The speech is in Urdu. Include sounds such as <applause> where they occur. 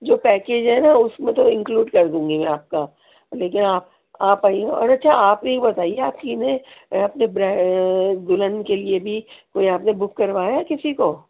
جو پیکیج ہے نا اُس میں تو انکلیوڈ کر دوں گی میں آپ کا لیکن آپ آپ آئیے اور اچھا آپ یہ بتائیے آپ کی <unintelligible> اپنی بڑی دلہن کے لیے بھی کوئی آپ نے بک کروایا ہے کسی کو